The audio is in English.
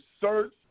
search